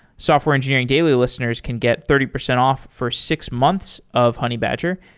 software engineering daily listeners can get thirty percent off for six months of honeybadger,